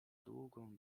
długą